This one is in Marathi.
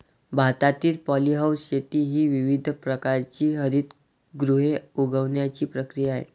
भारतातील पॉलीहाऊस शेती ही विविध प्रकारची हरितगृहे उगवण्याची प्रक्रिया आहे